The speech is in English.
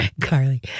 Carly